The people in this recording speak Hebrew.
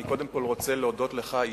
אני קודם כול רוצה להודות לך אישית,